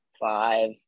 Five